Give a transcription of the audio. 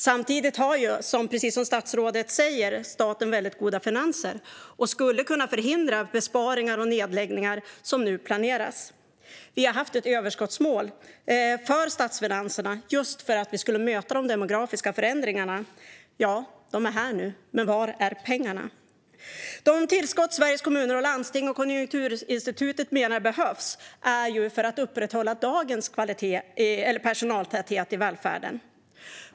Samtidigt har, precis som statsrådet säger, staten väldigt goda finanser och skulle kunna förhindra besparingar och nedläggningar som nu planeras. Vi har haft ett överskottsmål för statsfinanserna just för att vi skulle möta de demografiska förändringarna. Ja, de är här nu, men var är pengarna? De tillskott som Sveriges Kommuner och Landsting och Konjunkturinstitutet menar behövs är ju för att upprätthålla dagens personaltäthet i välfärden.